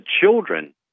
children